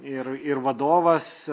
ir ir vadovas